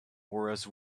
whereas